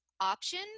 option